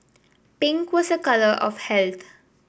pink was a colour of health